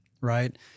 Right